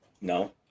No